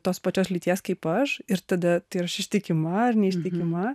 tos pačios lyties kaip aš ir tada tai aš ištikima ar neištikima